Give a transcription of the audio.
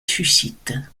suscite